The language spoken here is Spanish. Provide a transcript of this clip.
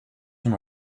una